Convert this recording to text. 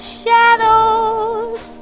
shadows